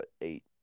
eight